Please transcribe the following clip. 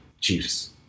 chiefs